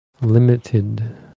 limited